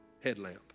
headlamp